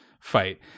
fight